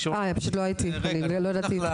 הא פשוט לא הייתי, לא ידעתי.